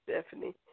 Stephanie